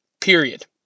period